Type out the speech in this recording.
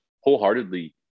wholeheartedly